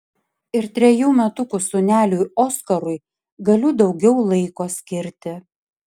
ir trejų metukų sūneliui oskarui galiu daugiau laiko skirti